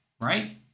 right